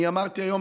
אני אמרתי היום,